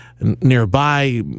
nearby